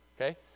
Okay